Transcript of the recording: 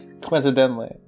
Coincidentally